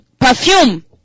Perfume